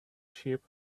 sheep